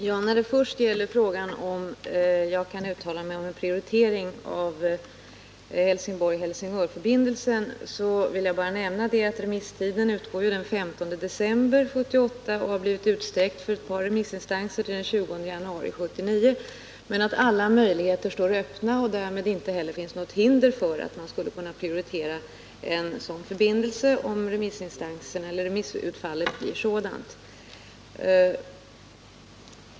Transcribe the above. Herr talman! När det gäller frågan om jag kan uttala mig om en prioritering av Helsingborg-Helsingörförbindelsen vill jag bara nämna att remisstiden utgår den 15 december 1978. Den har blivit utsträckt för ett par remissinstanser till den 20 januari 1979. Men alla möjligheter står öppna, och därmed finns det inte heller något hinder för en prioritering av en sådan förbindelse om remissutfallet blir sådant.